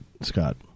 Scott